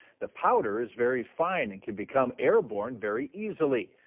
the powder is very fine and can become airborne very easily.